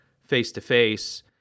face-to-face